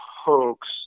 hoax